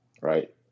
right